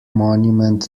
monument